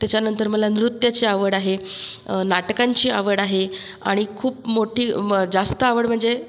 त्याच्यानंतर मला नृत्याची आवड आहे नाटकांची आवड आहे आणि खूप मोठी म जास्त आवड म्हणजे